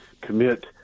commit